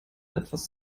etwas